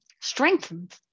strengthened